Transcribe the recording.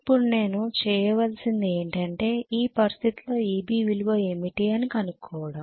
ఇప్పుడు నేను చేయవలసింది ఏంటంటే ఈ పరిస్థితిలో Eb విలువ ఏమిటి అని కనుక్కోవడం